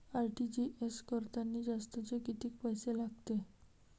RTGS करतांनी जास्तचे कितीक पैसे लागते?